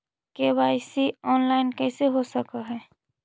KYC online कैसे हो सक है?